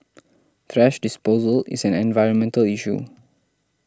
thrash disposal is an environmental issue